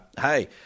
hey